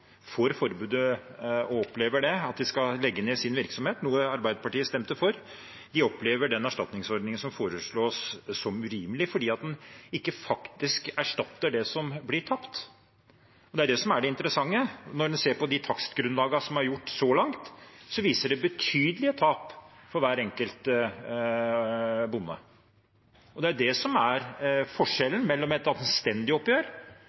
at de skal legge ned sin virksomhet, noe Arbeiderpartiet stemte for, opplever den erstatningsordningen som foreslås, som urimelig, fordi den ikke faktisk erstatter det som blir tapt. Og det er det som er det interessante. Når en ser på de takstgrunnlagene som er gjort så langt, viser de betydelige tap for hver enkelt bonde. Det er det som er forskjellen mellom et anstendig oppgjør